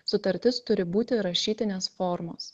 sutartis turi būti rašytinės formos